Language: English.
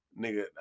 nigga